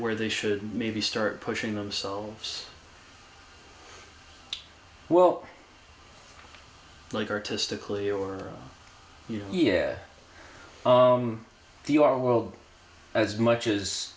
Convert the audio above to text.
where they should maybe start pushing themselves well like artistically or on you own the our world as much